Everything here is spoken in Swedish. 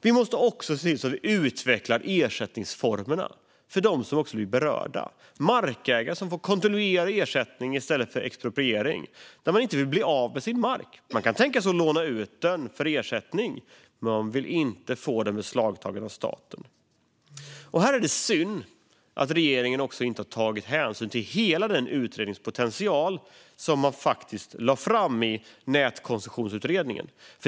Vi måste också se till att utveckla ersättningsformerna för dem som berörs. Markägare måste få kontinuerlig ersättning i stället för expropriering. Man vill ju inte bli av med sin mark. Man kan tänka sig att låna ut den mot ersättning, men man vill inte få den beslagtagen av staten. Här är det synd att regeringen inte har tagit hänsyn till hela den utredningspotential som faktiskt fanns i det som Nätkoncessionsutredningen lade fram.